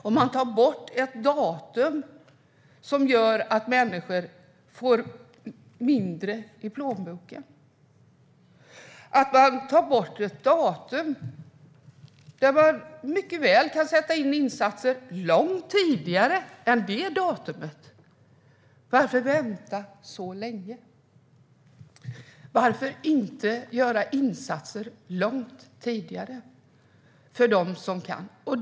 Om man tar bort ett datum som gör att människor får mindre i plånboken, om man tar bort ett datum när man mycket väl kan sätta in insatser långt före det datumet, varför då vänta så länge? Varför gör man inte insatser långt tidigare för dem som behöver dem?